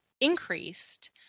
increased